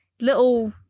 little